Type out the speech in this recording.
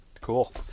Cool